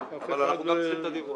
אנחנו צריכים את הדיווח.